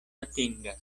atingas